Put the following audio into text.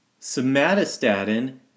Somatostatin